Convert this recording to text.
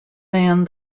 than